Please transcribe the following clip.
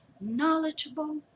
knowledgeable